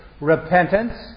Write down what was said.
repentance